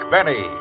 Benny